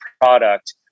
product